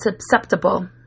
susceptible